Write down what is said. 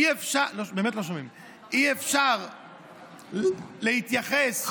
אי-אפשר להתייחס,